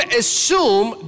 assume